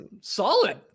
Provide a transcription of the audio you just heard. solid